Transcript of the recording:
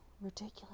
ridiculous